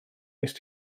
wnest